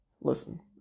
listen